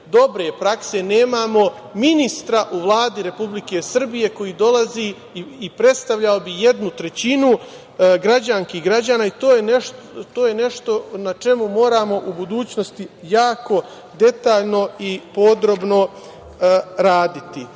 dobre prakse nemamo ministra u Vladi Republike Srbije koji dolazi i predstavljao bi jednu trećinu građanki i građana i to je nešto na čemu moramo u budućnosti jako detaljno i podrobno